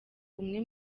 umwe